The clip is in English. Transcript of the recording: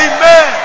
Amen